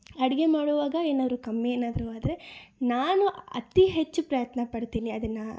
ಅಡುಗೆ ಮಾಡುವಾಗ ಏನಾದ್ರು ಕಮ್ಮಿ ಏನಾದರೂ ಆದರೆ ನಾನು ಅತಿ ಹೆಚ್ಚು ಪ್ರಯತ್ನಪಡ್ತೀನಿ ಅದನ್ನು